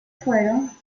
fueron